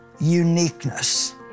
uniqueness